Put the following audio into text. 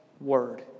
word